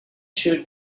sure